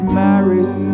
married